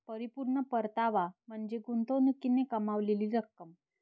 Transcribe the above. परिपूर्ण परतावा म्हणजे गुंतवणुकीने कमावलेली रक्कम